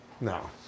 No